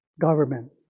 government